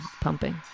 pumping